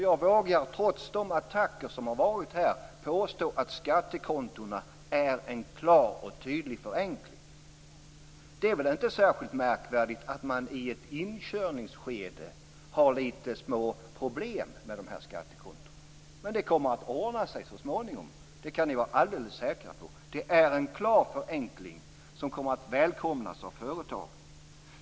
Jag vågar trots de attacker som varit här påstå att skattekontona är en klar och tydlig förenkling. Det är väl inte särskilt märkvärdigt att man i ett inkörningsskede har litet små problem med dessa skattekonton. Men det kommer att ordna sig så småningom. Det kan vi vara alldeles säkra på. Det är en klar förenkling som kommer att välkomnas av företagen.